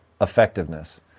effectiveness